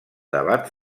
debat